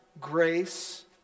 Grace